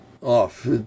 Off